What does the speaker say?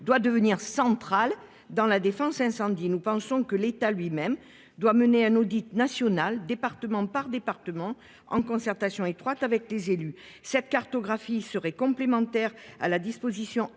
doit devenir centrale dans la défense incendie. Nous pensons que l'État lui-même doit mener un audit national, département par département, en concertation étroite avec les élus. Cette cartographie serait complémentaire avec la disposition